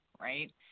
right